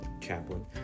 chaplain